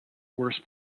worse